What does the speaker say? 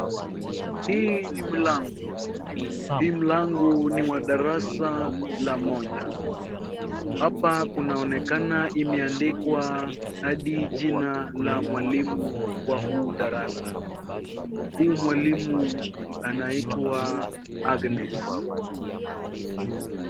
Hii ni mlango. Hii mlango ni wa darasa la moja. Hapa kunaoneka imeandikwa hadi jina la mwalimu wa huu darasa. Huu mwalimu anaitwa Agnes.